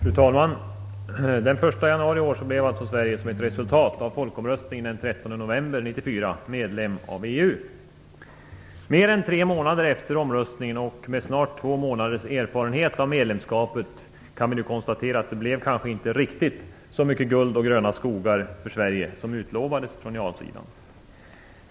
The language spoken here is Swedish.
Fru talman! Den 1 januari i år blev Sverige, som ett resultat av folkomröstningen den 13 november 1994, medlem av EU. Mer än tre månader efter omröstningen och med snart två månaders erfarenhet av medlemskapet kan vi konstatera att det blev kanske inte riktigt så mycket guld och gröna skogar för Sverige som utlovades från ja-sidan.